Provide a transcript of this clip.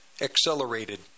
accelerated